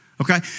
Okay